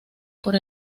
por